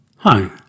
Hi